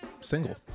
single